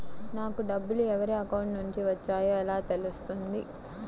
నాకు డబ్బులు ఎవరి అకౌంట్ నుండి వచ్చాయో ఎలా తెలుస్తుంది?